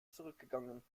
zurückgegangen